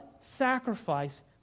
sacrifice